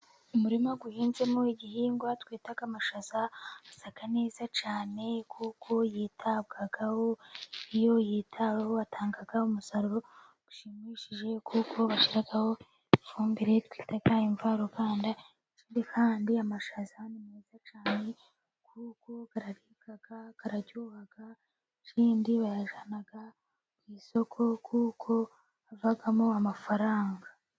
Umurima uhinzemo igihingwa twita amashaza, asa neza cyane kuko yitabwaho, iyo yitaweho atanga umusaruro ushimishije, kuko bashyiraho ifumbire twita imvaruganda. Ikindi kandi amashaza ni meza cyane kuko araribwa, araryoha, ikindi bayazana ku isoko, kuko havamo amafaranga.